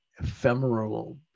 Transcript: ephemeral